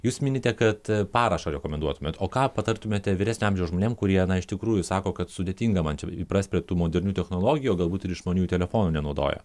jūs minite kad parašą rekomenduotumėt o ką patartumėte vyresnio amžiaus žmonėm kurie iš tikrųjų sako kad sudėtinga man čia įprast prie tų modernių technologijų galbūt ir išmaniųjų telefonų nenaudoja